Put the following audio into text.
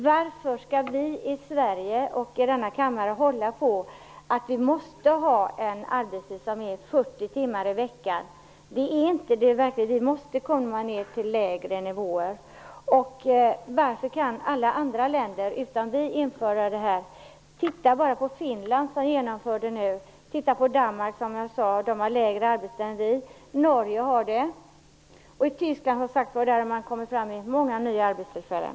Varför skall vi i Sverige och i denna kammare hålla på att vi måste ha en arbetstid som är 40 timmar i veckan? Vi måste komma ned till lägre nivåer. Varför kan alla andra länder utom Sverige införa arbetstidsförkortning? Titta bara på Finland, som nu har genomfört en arbetstidsförkortning, och på Danmark där man nu har en kortare arbetstid än vi. Även i Norge har man minskat arbetstiden. I Tyskland har man som sagt fått fram många nya arbetstillfällen.